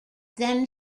then